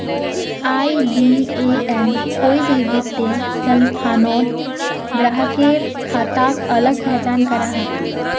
IBAN कोई भी वित्तिय संस्थानोत ग्राह्केर खाताक अलग पहचान कराहा